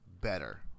better